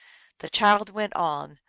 the child went on,